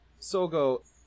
Sogo